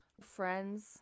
friends